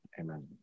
amen